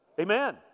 Amen